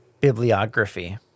bibliography